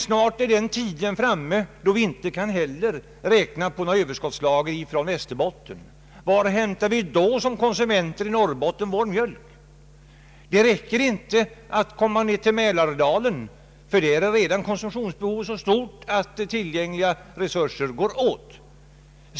Snart är dock den tiden inne då vi inte kan räkna med några överskottslager ens i Västerbotten. Var hämtar då vi konsumenter i Norrbotten vår mjölk? Det går inte att vända sig till Mälardalen, ty där är redan konsumtionen så stor att tillgängliga resurser är fullt utnyttjade.